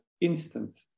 instant